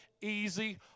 easy